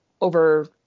over